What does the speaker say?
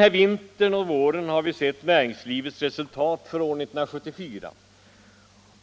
Under vintern och våren har vi sett näringslivets resultat för år 1974,